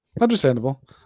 understandable